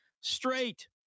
straight